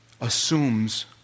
assumes